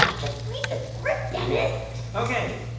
um just read the script, dennis ok.